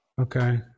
Okay